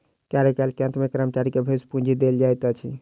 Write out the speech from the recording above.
कार्यकाल के अंत में कर्मचारी के भविष्य पूंजी देल जाइत अछि